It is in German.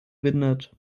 windet